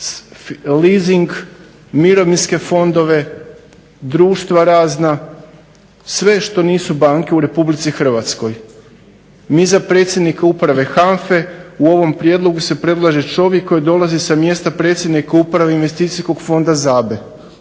leasing, mirovinske fondove, društva razna, sve što nisu banke u Republici Hrvatskoj. MI za predsjednika uprave HANFA-e u ovom prijedlogu se predlaže čovjek koji dolazi sa mjesta predsjednika uprave investicijskog fonda ZABA-e